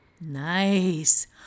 Nice